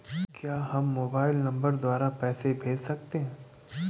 क्या हम mobile number द्वारा पैसे भेज सकते हैं?